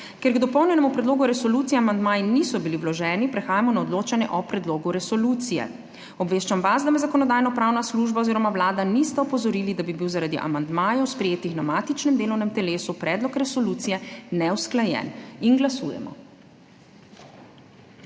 Ker k dopolnjenemu predlogu resolucije amandmaji niso bili vloženi, prehajamo na odločanje o predlogu resolucije. Obveščam vas, da me Zakonodajno-pravna služba oziroma Vlada nista opozorili, da bi bil zaradi amandmajev, sprejetih na matičnem delovnem telesu, predlog resolucije neusklajen. Glasujemo.